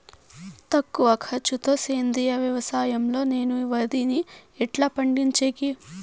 తక్కువ ఖర్చు తో సేంద్రియ వ్యవసాయం లో నేను వరిని ఎట్లా పండించేకి?